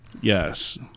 Yes